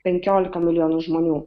penkiolika milijonų žmonių